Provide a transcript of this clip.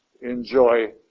enjoy